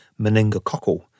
meningococcal